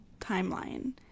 timeline